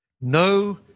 no